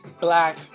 Black